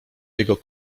jego